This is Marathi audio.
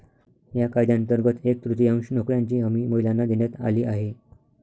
या कायद्यांतर्गत एक तृतीयांश नोकऱ्यांची हमी महिलांना देण्यात आली आहे